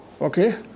Okay